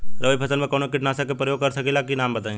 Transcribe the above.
रबी फसल में कवनो कीटनाशक के परयोग कर सकी ला नाम बताईं?